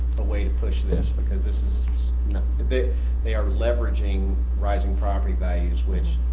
a way to push this because this is they they are leveraging rising property values which